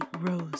rose